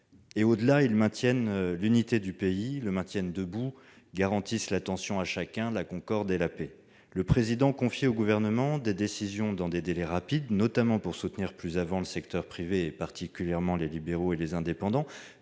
Au-delà, ils maintiennent l'unité du pays, ils le tiennent debout, ils garantissent l'attention à chacun, la concorde et la paix. Le Président de la République confiait au Gouvernement des décisions dans des délais rapides, notamment pour soutenir plus avant le secteur privé, particulièrement les libéraux et les indépendants,